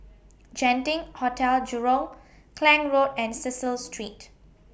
Genting Hotel Jurong Klang Road and Cecil Street